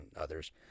others